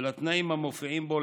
ולתנאים המופיעים בו.